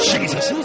Jesus